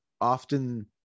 often